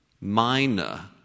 minor